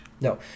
No